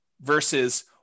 versus